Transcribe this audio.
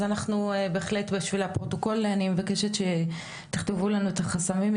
אז אנחנו בהחלט בשביל הפרוטוקול אני מבקשת שתכתבו לנו את החסמים,